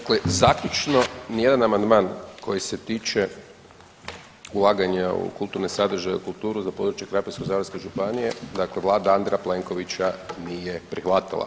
Dakle, zaključno, nijedan amandman koji se tiče ulaganja u kulturne sadržaje i kulturu na području Krapinsko-zagorske županije dakle Vlada Andreja Plenkovića nije prihvatila.